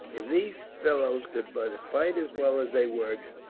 if these fellows could but fight as well as they work,